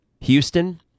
Houston